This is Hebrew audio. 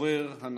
הצורר הנאצי.